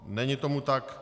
Není tomu tak.